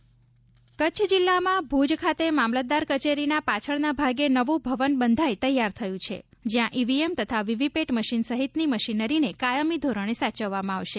Bhuj EVM ગોદામ કચ્ચ જિલ્લામાં ભુજ ખાતે મામલતદાર કચેરીના પાછળના ભાગે નવું ભવન બંધાઇ તૈયાર થયું છે જ્યાં ઇવીએમ તથા વીવીપેટ મશીન સહિતની મશીનરીને કાયમી ધોરણે સાચવવામાં આવશે